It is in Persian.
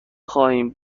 خواهند